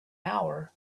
hour